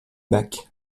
bach